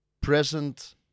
present